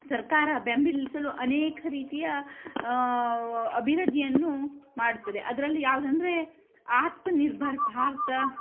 ಸರ್ಕಾರ ಬೆಂಬಲಿಸಲು ಅನೇಕ ರೀತಿಯ ವ ಅಭಿವೃದ್ಧಿಯನ್ನು ಮಾಡುತ್ತದೆ ಅದರಲ್ಲಿ ಯಾವ್ದಂದರೆ ಆತ್ಮ ನಿರ್ಭರ ಭಾರತ